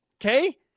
Okay